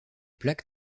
plaques